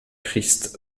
christ